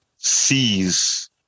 sees